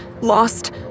lost